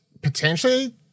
potentially